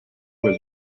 was